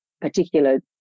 particular